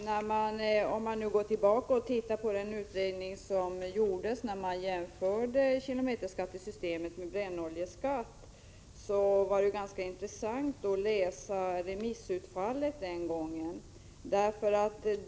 Fru talman! När jag gick tillbaka och tittade på den utredning där man jämförde kilometerskattesystemet med brännoljeskatten, var det ganska intressant att läsa remissutfallet den gången.